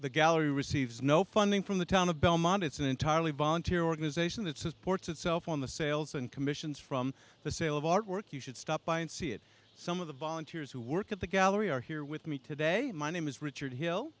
the gallery receives no funding from the town of belmont it's an entirely volunteer organization that supports itself on the sales and commissions from the sale of artwork you should stop by and see if some of the volunteers who work at the gallery are here with me today my name is richard hill